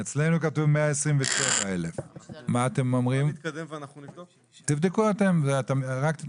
20% עד 29% 64,724. (ב) 30 עד 39% 113,360. 30% עד 34% בשל פגימה בגפיים